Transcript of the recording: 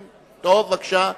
בבקשה.